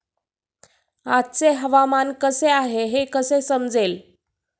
आजचे हवामान कसे आहे हे कसे समजेल?